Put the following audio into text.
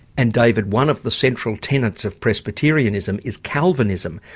and david, one of the central tenets of presbyterianism is calvinism.